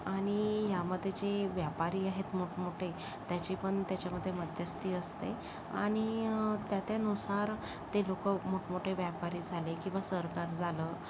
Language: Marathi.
आणि ह्यामधे जे व्यापारी आहेत मोठमोठे त्याचीपण त्याच्यामधे मध्यस्थी असते आणि त्या त्यानुसार ते लोक मोठमोठे व्यापारी झाले किंवा सरकार झालं